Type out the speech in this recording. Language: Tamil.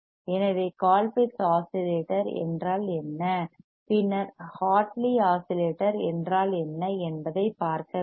எனவே கோல்பிட்ஸ் ஆஸிலேட்டர் என்றால் என்ன பின்னர் ஹார்ட்லி ஆஸிலேட்டர் என்றால் என்ன என்பதைப் பார்க்க வேண்டும்